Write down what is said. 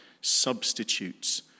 substitutes